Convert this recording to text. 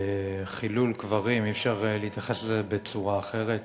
חילול קברים, אי-אפשר להתייחס אל זה בצורה אחרת.